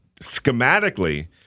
schematically